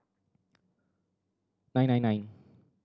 nine nine nine